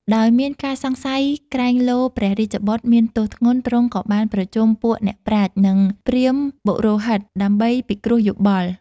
ដោយមានការសង្ស័យក្រែងលោព្រះរាជបុត្រមានទោសធ្ងន់ ទ្រង់ក៏បានប្រជុំពួកអ្នកប្រាជ្ញ និងព្រាហ្មណ៍បុរោហិតដើម្បីពិគ្រោះយោបល់។